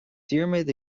diarmaid